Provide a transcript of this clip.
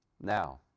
Now